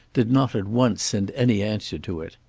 did not at once send any answer to it.